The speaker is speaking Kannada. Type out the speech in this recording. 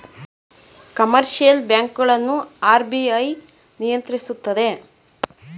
ಕಮರ್ಷಿಯಲ್ ಬ್ಯಾಂಕ್ ಗಳನ್ನು ಆರ್.ಬಿ.ಐ ನಿಯಂತ್ರಿಸುತ್ತದೆ